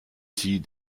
sie